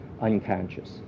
unconscious